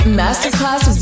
masterclass